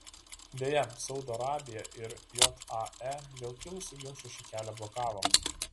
deja saudo arabija ir jae dėl kilusių ginčų šį kelią blokavo